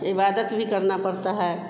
इबादत भी करना पड़ता है